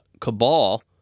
cabal